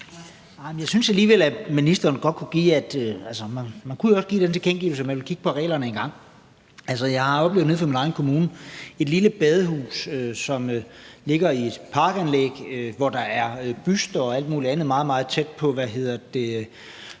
Jeg synes alligevel, at ministeren jo godt kunne give den tilkendegivelse, at man ville kigge på reglerne engang. Altså, jeg har oplevet nede fra min egen kommune, at der er et lille badehus, som ligger i et parkanlæg, hvor der er buster og alt muligt andet, meget, meget tæt